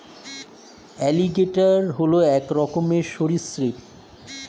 alligator হল এক রকমের সরীসৃপ